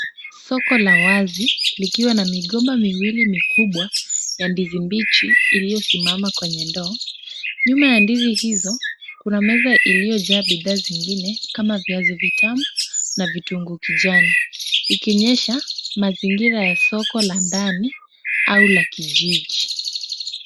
Soko la wazi likiwa na migomba miwili mikubwa ya ndizi mbichi iliyosimama kwenye ndoo, nyuma ya ndizi hizo k una meza iliyojaa bidhaa zingine kama viazi vitamu na vitunguu kijani. Ikionyesha mazingira ya soko la ndani au la kijiji.